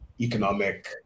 economic